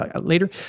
later